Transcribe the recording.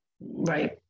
right